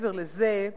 מעבר לזה,